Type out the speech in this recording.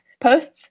posts